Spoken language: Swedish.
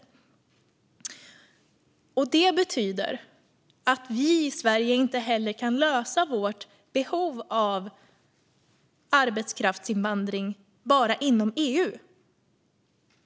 Det här betyder att vi i Sverige inte heller kan lösa vårt behov av arbetskraftsinvandring bara inom EU.